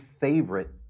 favorite